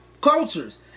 cultures